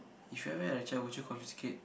if you ever had a child would you confiscate